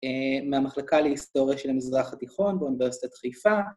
‫מהמחלקה להיסטוריה של המזרח התיכון ‫באוניברסיטת חיפה.